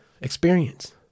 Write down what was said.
experience